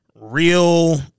Real